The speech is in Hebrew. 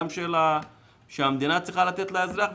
גם של המדינה צריכה לתת לאזרח,